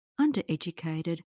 undereducated